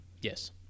Yes